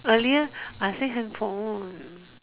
earlier I say handphone